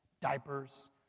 Diapers